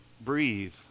breathe